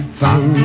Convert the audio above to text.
fun